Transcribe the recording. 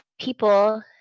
people